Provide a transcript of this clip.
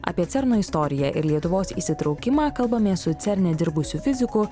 apie cerno istoriją ir lietuvos įsitraukimą kalbamės su cerne dirbusiu fiziku